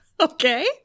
Okay